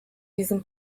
diesem